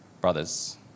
Brothers